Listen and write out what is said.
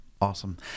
Awesome